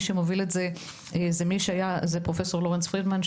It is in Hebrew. ומי שמוביל את זה זה פרופ' לורנס פרידמן,